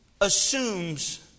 assumes